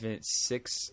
Six